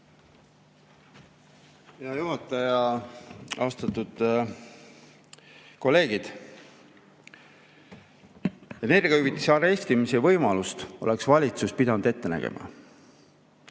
Hea juhataja! Austatud kolleegid! Energiahüvitise arestimise võimalust oleks valitsus pidanud ette nägema.